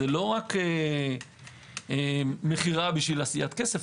זה לא רק מכירה בשביל עשיית כסף.